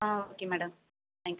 ah okay madam thank you